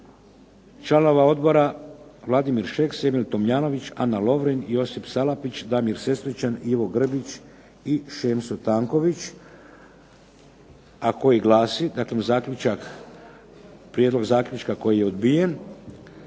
članova odbora Vladimir Šeks, Emil Tomljanović, Ana Lovrin, Josip Salapić, Damir Sesvečan, Ivo Grbić i Šemso Tanković, a koji glasi, dakle zaključak, prijedlog zaključka koji je odbijen,